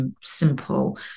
simple